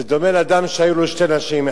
זה דומה לאדם שהיו לו שתי נשים,